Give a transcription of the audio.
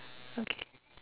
okay